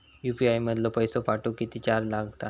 UPI मधलो पैसो पाठवुक किती चार्ज लागात?